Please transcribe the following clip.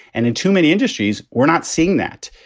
and in too many industries, we're not seeing that.